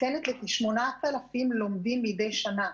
ניתנת לכ-8,000 לומדים מדי שנה.